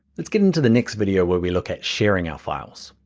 let's get into the next video where we look at sharing our files.